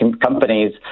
companies